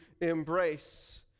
embrace